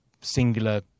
singular